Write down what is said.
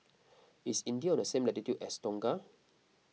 is India on the same latitude as Tonga